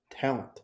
talent